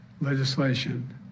legislation